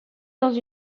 dans